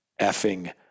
effing